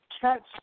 catch